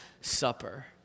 Supper